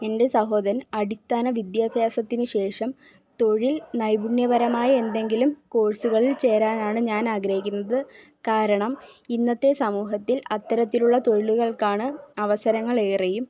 എന്റെ സഹോദരന് അടിസ്ഥാന വിദ്യാഭ്യാസത്തിനു ശേഷം തൊഴില് നൈപുണ്യപരമായി എന്തെങ്കിലും കോഴ്സുകള് ചേരാനാണ് ഞാന് ആഗ്രഹിക്കുന്നത് കാരണം ഇന്നത്തെ സമൂഹത്തില് അത്തരത്തിലുള്ള തൊഴിലുകള്ക്കാണ് അവസരങ്ങള് ഏറെയും